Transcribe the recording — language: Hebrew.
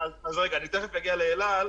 אני תיכף אגיע לאל על,